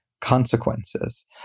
consequences